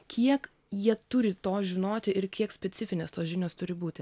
kiek jie turi to žinoti ir kiek specifinės tos žinios turi būti